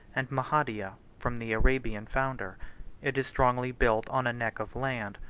and mahadia from the arabian founder it is strongly built on a neck of land,